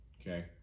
okay